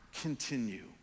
continue